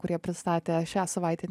kurie pristatė šią savaitę